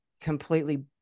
completely